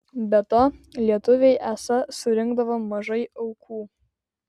be to lietuviai esą surinkdavo mažai aukų